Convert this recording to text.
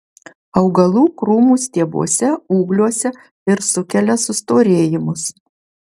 augalų krūmų stiebuose ūgliuose ir sukelia sustorėjimus